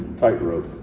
tightrope